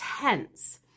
tense